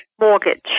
mortgage